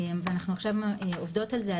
ואנחנו עכשיו עובדות על זה,